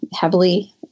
heavily